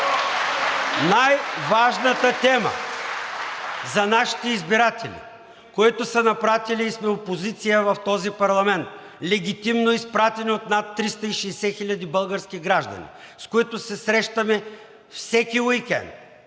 Най-важната тема за нашите избиратели, които са ни пратили и сме опозиция в този парламент, легитимно изпратени от над 360 000 български граждани, с които се срещаме всеки уикенд,